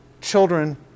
children